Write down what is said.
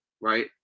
right